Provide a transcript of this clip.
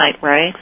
right